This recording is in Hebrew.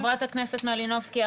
חברת הכנסת מלינובסקי,